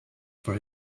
for